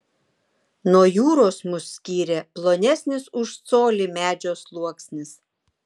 nuo jūros mus skyrė plonesnis už colį medžio sluoksnis